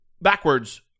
backwards